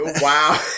Wow